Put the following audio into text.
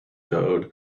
code